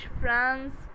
france